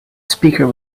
speaker